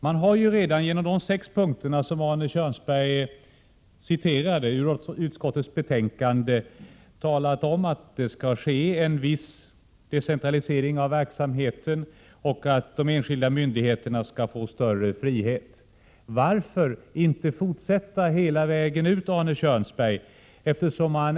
Genom de sex punkter i utskottets betänkande som Arne Kjörnsberg redovisade har man ju redan talat om att det skall ske en viss decentralisering av verksamheten och att de enskilda myndigheterna skall få större frihet. Varför inte fortsätta hela vägen ut, Arne Kjörnsberg?